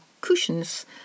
cushions